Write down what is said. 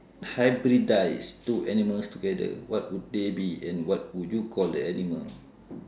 hybridise two animals together what would they be and what would you call the animal